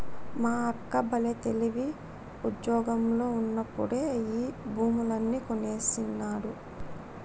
మా అన్న బల్లే తెలివి, ఉజ్జోగంలో ఉండినప్పుడే ఈ భూములన్నీ కొనేసినాడు